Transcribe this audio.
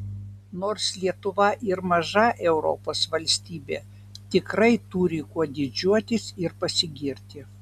nors lietuva ir maža europos valstybė tikrai turi kuo didžiuotis ir pasigirti